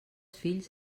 fills